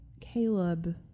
Caleb